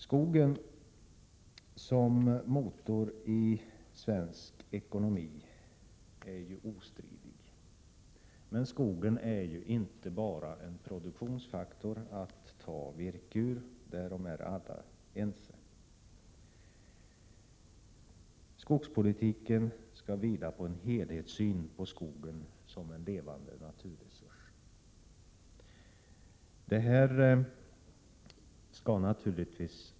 Skogens betydelse som motor i svensk ekonomi är ju ostridig, men skogen är ju inte bara en produktionsfaktor att ta virke ur — därom är alla ense. Prot. 1987/88:99 Skogspolitiken skall vila på en helhetssyn på skogen som en levande 13 april 1988 naturresurs.